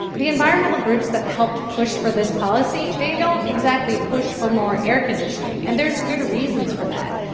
the environmental groups that helped push for this policy, they don't exactly push for more air conditioning. and there's good reasons for that.